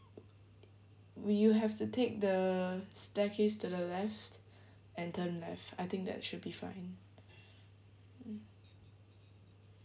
you have to take the staircase to the left and turn left I think that should be fine